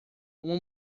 uma